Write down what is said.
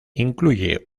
incluye